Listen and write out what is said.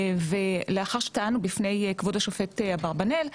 ולאחר שטענו לפני כבוד השופט אברבנאל,